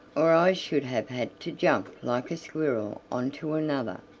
or i should have had to jump like a squirrel on to another,